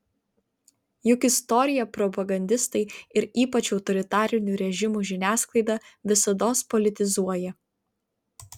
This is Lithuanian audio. juk istoriją propagandistai ir ypač autoritarinių režimų žiniasklaida visados politizuoja